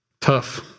Tough